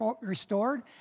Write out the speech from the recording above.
restored